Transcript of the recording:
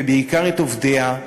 ובעיקר את עובדיה,